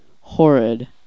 horrid